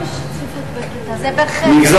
מליאה.